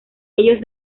ellos